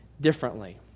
differently